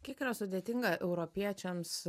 kiek yra sudėtinga europiečiams